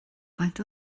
faint